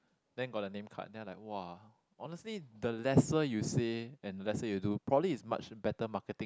then got the name card then I like !wow! honestly the lesser you say and lesser you do probably is much better marketing